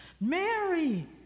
Mary